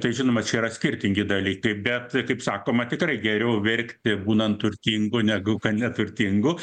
tai žinoma čia yra skirtingi dalykai bet kaip sakoma tikrai geriau verkti būnant turtingu negu kad neturtingu